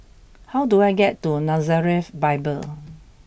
how do I get to Nazareth Bible